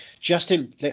Justin